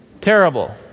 Terrible